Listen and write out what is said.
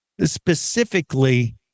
specifically